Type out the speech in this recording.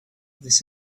this